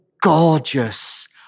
gorgeous